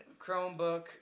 Chromebook